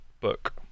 book